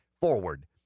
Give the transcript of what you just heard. forward